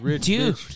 dude